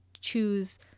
choose